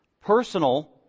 personal